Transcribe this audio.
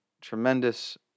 tremendous